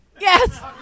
Yes